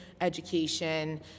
education